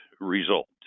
result